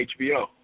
HBO